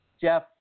Jeff